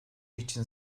için